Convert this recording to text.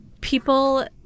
people